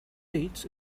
beats